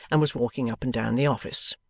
and was walking up and down the office.